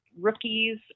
rookies